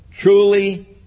Truly